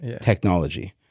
technology